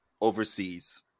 overseas